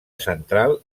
central